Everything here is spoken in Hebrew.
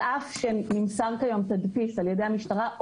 על אף שנמסר כיום תדפיס על ידי המשטרה,